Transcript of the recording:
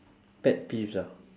pet peeves ah